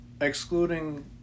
excluding